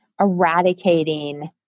eradicating